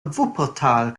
wuppertal